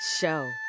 Show